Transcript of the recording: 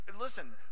listen